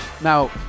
now